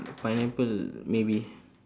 pineapple maybe